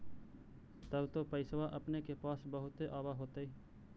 तब तो पैसबा अपने के पास बहुते आब होतय?